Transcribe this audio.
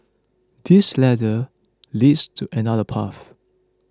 this ladder leads to another path